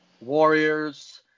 warriors